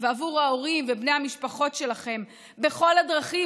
ועבור ההורים ובני המשפחות שלכם בכל הדרכים,